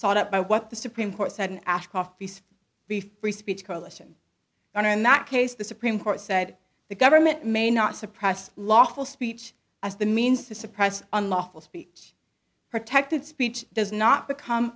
sought out by what the supreme court said ashcroft the free speech coalition or in that case the supreme court said the government may not suppress lawful speech as the means to suppress unlawful speech protected speech does not become